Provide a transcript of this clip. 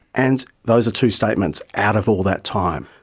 and those are two statements out of all that time.